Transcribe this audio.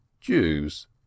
Jews